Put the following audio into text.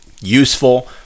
useful